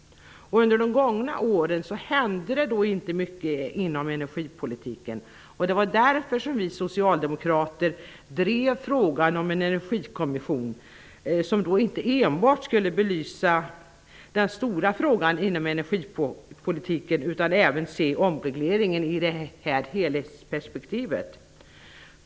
Under de gångna åren hände inte så mycket inom energipolitiken. Därför drev vi socialdemokrater frågan om en energikommission, som inte enbart skulle belysa den stora frågan inom energipolitiken, utan även skulle se omregleringen i ett helhetsperspektiv.